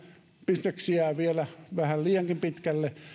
bisneksiään vielä vähän liiankin pitkälle